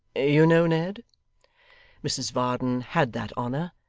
you know ned mrs varden had that honour,